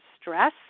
stress